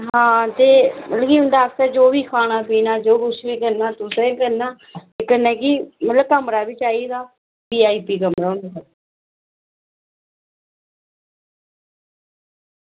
मिगी उंदे बास्तै खाना पीना जो बी किश तुसें गै करना कन्नै की इनें कमरा बी चाहिदा वीआईपी कमरा होना चाहिदा